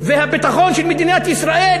והביטחון של מדינת ישראל